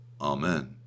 Amen